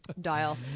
Dial